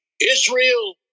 Israel